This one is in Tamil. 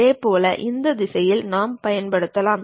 இதேபோல் இந்த திசையிலும் நாம் பயன்படுத்தலாம்